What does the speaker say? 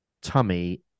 tummy